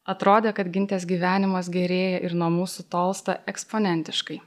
atrodė kad gintės gyvenimas gerėja ir nuo mūsų tolsta eksponentiškai